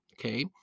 Okay